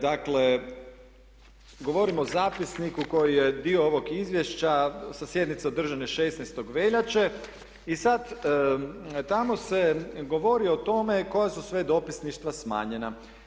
Dakle, govorim o zapisniku koji je dio ovog izvješća sa sjednice održane 16. veljače i sad tamo se govori o tome koja su sve dopisništva smanjena.